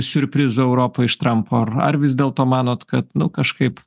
siurprizų europoj iš trampo ar ar vis dėlto manot kad nu kažkaip